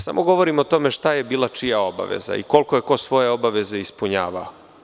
Samo govorim o tome šta je bila čija obaveza i koliko je ko svoje obaveze ispunjavao.